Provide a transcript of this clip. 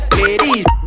ladies